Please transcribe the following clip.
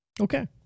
Okay